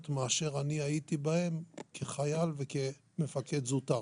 מאשר אני הייתי בהן כחייל וכמפקד זוטר.